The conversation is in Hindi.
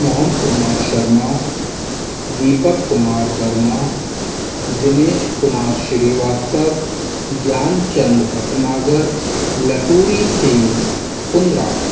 मोहन कुमार शर्मा दीपक कुमार वर्मा दिनेश कुमार श्रीवास्तव ज्ञान चंद्र भटनागर लटूरी सिंग कुंद्रा